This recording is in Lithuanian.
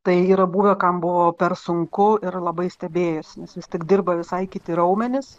tai yra buvę kam buvo per sunku ir labai stebėjosi nes vis tik dirba visai kiti raumenys